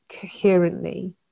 coherently